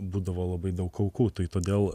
būdavo labai daug aukų tai todėl